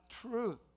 truth